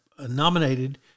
nominated